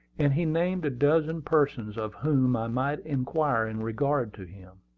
and he named a dozen persons of whom i might inquire in regard to him.